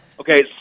Okay